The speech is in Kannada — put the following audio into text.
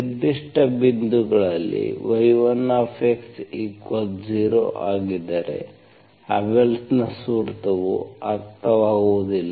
ನಿರ್ದಿಷ್ಟ ಬಿಂದುಗಳಲ್ಲಿ y10 ಆಗಿದ್ದರೆ ಅಬೆಲ್ಸ್ Abelsನ ಸೂತ್ರವು ಅರ್ಥವಾಗುವುದಿಲ್ಲ